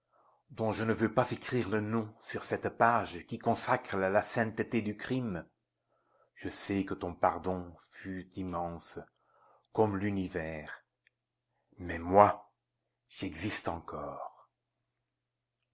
dont je ne veux pas écrire le nom sur cette page qui consacre la sainteté du crime je sais que ton pardon fut immense comme l'univers mais moi j'existe encore